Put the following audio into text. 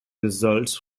results